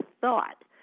thought